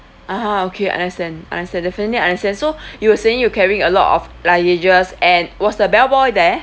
ah okay understand understand definitely understand so you were saying you carrying a lot of luggages and was the bellboy there